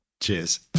Cheers